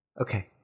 Okay